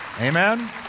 Amen